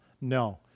no